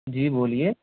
जी बोलिये